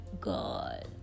god